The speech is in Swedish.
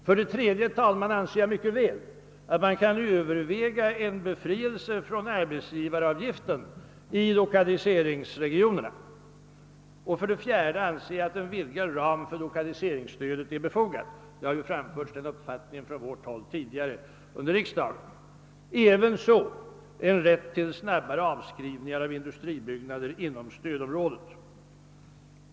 För det tredje anser jag mycket väl att man kan överväga en befrielse från arbetsgivaravgiften i lokaliseringsregionerna. För det fjärde anser jag att en vidgad ram för lokaliseringsstödet är befogad. Denna uppfattning har framförts tidigare under riksdagen från vårt håll. För det femte vill jag även ha en snabbare avskrivning av industribyggnader inom stödområdet.